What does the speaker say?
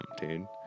dude